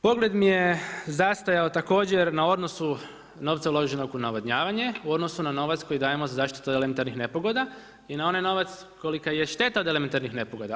Pogled mi je zastajao također na odnosu novca uloženog u navodnjavanje u odnosu na novac koji dajemo za zaštitu elementarnih nepogoda i na onaj novac kolika je šteta od elementarnih nepogoda.